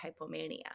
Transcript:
hypomania